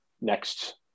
next